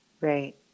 Right